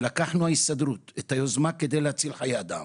לקחנו את היוזמה כדי להציל חיי אדם.